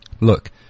look